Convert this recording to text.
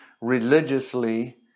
religiously